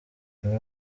niwe